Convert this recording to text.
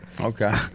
Okay